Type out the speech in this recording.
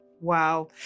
Wow